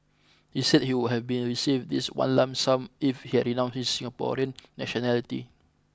he said he would have been received this in one lump sum if he had renounced his Singaporean nationality